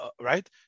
right